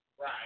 Right